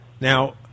Now